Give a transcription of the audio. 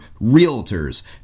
Realtors